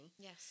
Yes